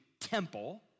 temple